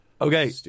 Okay